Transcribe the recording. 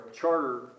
charter